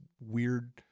weird